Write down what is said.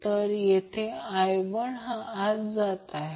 तर येथे current i1 हा आत जात आहे